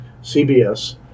CBS